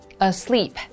Asleep